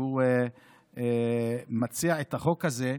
שהוא מציע החוק הזה,